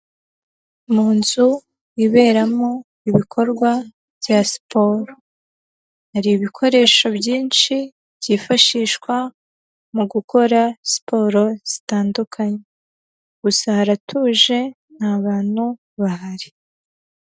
Mu nzu iberamo ibikorwa bya siporo, hari ibikoresho byinshi byifashishwa mu gukora siporo zitandukanye gusa haratuje nta bantu bahari.